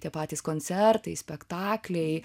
tie patys koncertai spektakliai